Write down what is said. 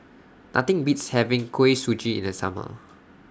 Nothing Beats having Kuih Suji in The Summer